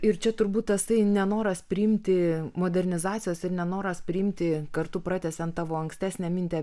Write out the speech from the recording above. ir čia turbūt tasai nenoras priimti modernizacijos ir nenoras priimti kartu pratęsiant tavo ankstesnę mintį